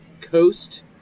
coast